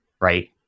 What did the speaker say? right